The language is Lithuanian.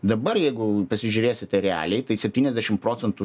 dabar jeigu pasižiūrėsite realiai tai septyniasdešim procentų